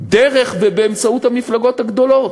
דרך ובאמצעות המפלגות הגדולות.